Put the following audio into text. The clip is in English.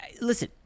Listen